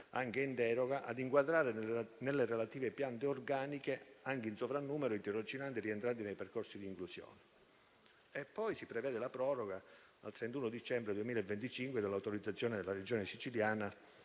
anche in deroga, ad inquadrare nelle relative piante organiche, anche in sovrannumero, i tirocinanti rientrati nei percorsi di inclusione. Si prevede poi la proroga al 31 dicembre 2025 dell'autorizzazione della Regione siciliana